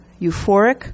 euphoric